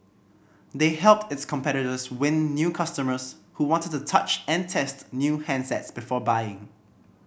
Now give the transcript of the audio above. they helped its competitors win new customers who wanted to touch and test new handsets before buying